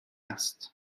است